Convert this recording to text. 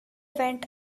went